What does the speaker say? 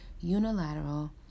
unilateral